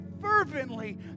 fervently